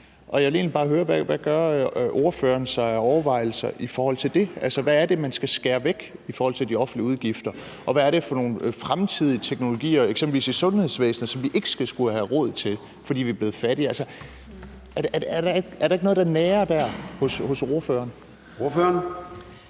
og jeg vil egentlig bare høre, hvad ordføreren gør sig af overvejelser i forhold til det. Hvad er det, man skal skære væk i forhold til de offentlige udgifter, og hvad er det for nogle fremtidige teknologier, eksempelvis i sundhedsvæsenet, som vi ikke skulle have råd til, fordi vi er blevet fattigere? Altså, er der ikke noget, der nager hos ordføreren? Kl.